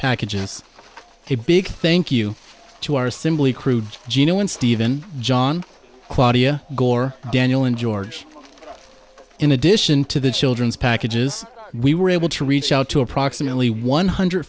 packages a big thank you to our assembly crude gino and stephen john claudia gore daniel and george in addition to the children's packages we were able to reach out to approximately one hundred